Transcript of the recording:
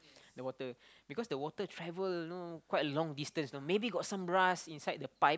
the water because the water travel know quite long distance know maybe got some rust inside the pipe